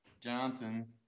Johnson